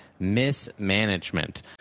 Mismanagement